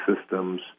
systems